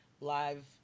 live